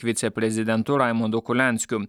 viceprezidentu raimundu kulianskiu